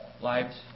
lives